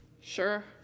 Sure